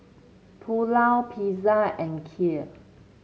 Pulao Pizza and Kheer